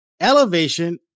elevation